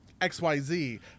XYZ